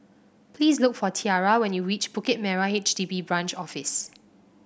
please look for Tiara when you reach Bukit Merah H D B Branch Office